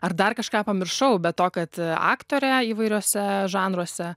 ar dar kažką pamiršau be to kad aktorė įvairiuose žanruose